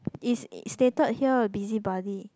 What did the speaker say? it's it stated here a busybody